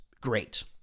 great